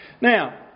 Now